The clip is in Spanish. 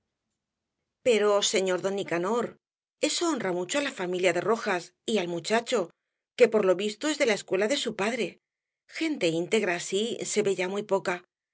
pero señor don nicanor eso honra mucho á la familia de rojas y al muchacho que por lo visto es de la escuela de su padre gente íntegra así se ve ya muy poca